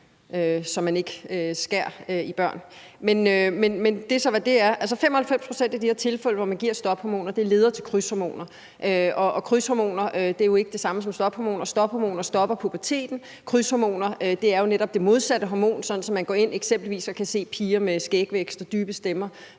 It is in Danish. så, hvad det er. Altså, i 95 pct. af de her tilfælde, hvor man giver stophormoner, leder det til krydshormoner. Og krydshormoner er jo ikke det samme som stophormoner. Stophormoner stopper puberteten. Krydshormoner er jo netop det modsatte hormon, sådan at man går ind eksempelvis og kan se piger med skægvækst og dybe stemmer